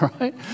right